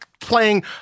playing